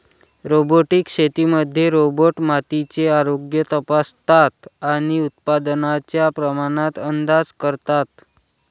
robotic शेतीमध्ये robot मातीचे आरोग्य तपासतात आणि उत्पादनाच्या प्रमाणात अंदाज करतात